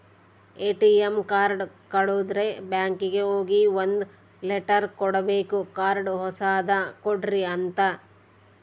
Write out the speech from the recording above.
ATM card ಕಳುದ್ರೆ ಬ್ಯಾಂಕಿಗೆ ಹೋಗಿ ಒಂದ್ ಲೆಟರ್ ಕೊಡ್ಬೇಕು ಕಾರ್ಡ್ ಹೊಸದ ಕೊಡ್ರಿ ಅಂತ